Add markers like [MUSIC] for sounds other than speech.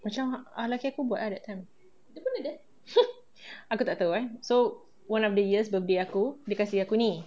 macam laki aku buat ah that time [LAUGHS] aku tak tahu eh so one of the years birthday aku dia kasi aku ni